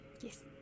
Yes